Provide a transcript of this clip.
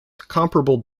comparable